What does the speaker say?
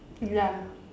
ya